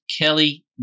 Kelly-